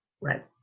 Right